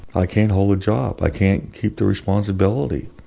i can't hold a job, i can't keep the responsibility.